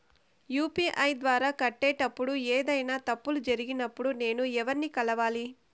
UPI ద్వారా కట్టేటప్పుడు ఏదైనా తప్పులు జరిగినప్పుడు నేను ఎవర్ని కలవాలి?